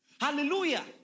Hallelujah